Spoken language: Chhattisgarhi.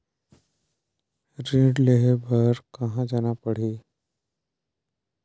ऋण लेहे बार कहा जाना पड़ही?